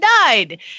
died